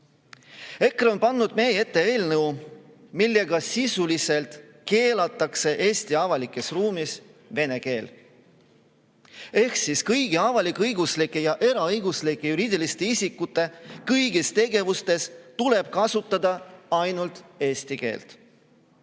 EKRE on pannud meie ette eelnõu, millega sisuliselt keelatakse Eesti avalikus ruumis vene keel. Ehk siis kõigi avalik-õiguslike ja eraõiguslike juriidiliste isikute kõigis tegevustes tuleb kasutada ainult eesti keelt.